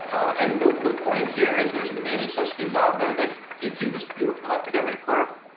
and the the point here is there's many such things out there that give you this beautiful academic curve.